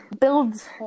builds